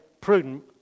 prudent